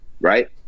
Right